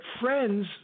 friends